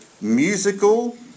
Musical